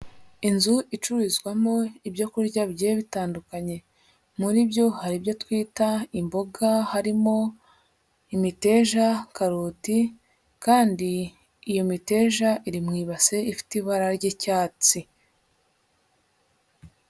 Inzu icururizwamo ibyo kurya bigiye bitandukanye, muri byo hari ibyo twita imboga, harimo imiteja, karoti kandi iyo miteja iri mu ibasi ifite ibara ry'icyatsi.